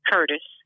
Curtis